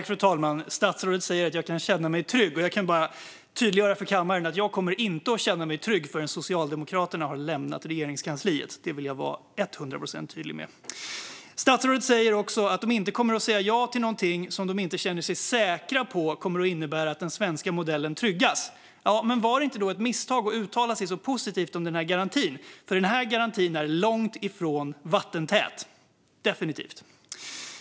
Fru talman! Statsrådet säger att jag kan känna mig trygg, och jag kan bara tydliggöra för kammaren att jag inte kommer att känna mig trygg förrän Socialdemokraterna har lämnat Regeringskansliet. Det vill jag vara hundra procent tydlig med. Statsrådet säger också att de inte kommer att säga ja till någonting som de inte känner sig säkra på kommer att innebära att den svenska modellen tryggas. Men var det inte då ett misstag att uttala sig så positivt om den här garantin? Den är definitivt långt ifrån vattentät.